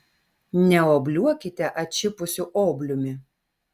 neobliuokite atšipusiu obliumi